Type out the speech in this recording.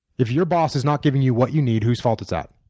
if your boss is not giving you what you need, whose fault is that?